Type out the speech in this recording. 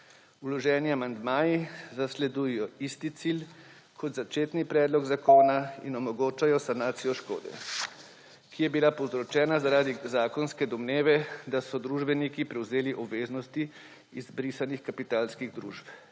Vloženi amandmaji zasledujejo isti cilj kot začetni predlog zakona in omogočajo sanacijo škode, ki je bila povzročena zaradi zakonske domneve, da so družbeniki prevzeli obveznosti izbrisanih kapitalskih družb.